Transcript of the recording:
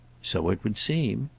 so it would seem.